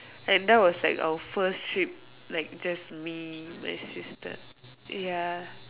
and that was like our first trip like just me my sister ya